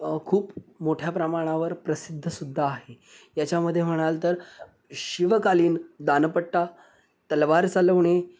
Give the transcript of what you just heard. खूप मोठ्या प्रमाणावर प्रसिद्ध सुद्धा आहे याच्यामध्ये म्हणाल तर शिवकालीन दांडपट्टा तलवार चालवणे